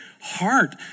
heart